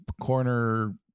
corner